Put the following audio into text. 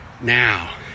Now